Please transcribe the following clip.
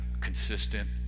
consistent